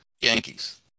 Yankees